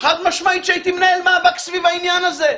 חד-משמעית שהייתי מנהל מאבק סביב העניין הזה,